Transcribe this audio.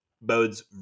bodes